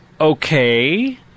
okay